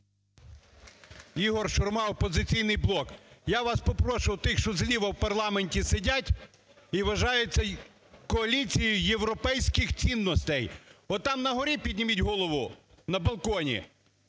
Ігор Шурма, "Опозиційний блок". Я вас попрошу, тих, що зліва в парламенті сидять і вважаються коаліцією європейських цінностей, отам на горі, підніміть голову, на балконі